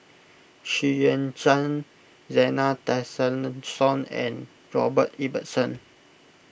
Xu Yuan Zhen Zena Tessensohn and Robert Ibbetson